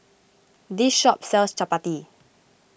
this shop sells Chappati